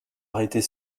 arrêter